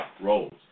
roles